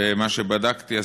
ומה שבדקתי,